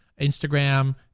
Instagram